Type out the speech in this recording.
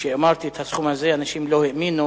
כשאמרתי את הסכום הזה אנשים לא האמינו,